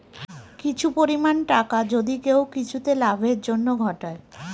কিছু পরিমাণ টাকা যদি কেউ কিছুতে লাভের জন্য ঘটায়